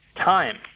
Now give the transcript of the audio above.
time